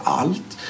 allt